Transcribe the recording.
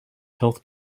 health